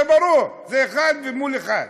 זה ברור, זה אחד מול אחד.